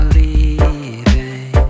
leaving